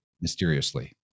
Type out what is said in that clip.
mysteriously